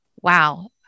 wow